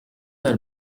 are